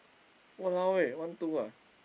!walao eh! one two ah